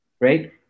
right